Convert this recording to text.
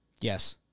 Yes